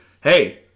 hey